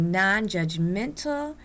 non-judgmental